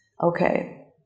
Okay